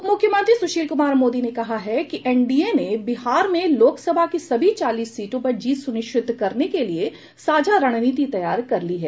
उपमुख्यमंत्री सुशील कुमार मोदी ने कहा है कि एनडीए ने बिहार में लोकसभा की सभी चालीस सीटों पर जीत सुनिश्चित करने के लिए साझा रणनीति तैयार कर ली है